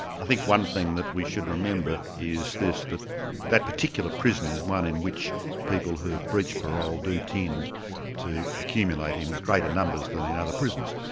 i think one thing that we should remember is this, that that particular prison is one in which people who have breached parole do tend to accumulate in greater numbers than in other prisons.